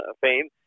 fame